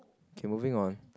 K moving on